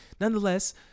Nonetheless